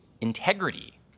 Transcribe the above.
integrity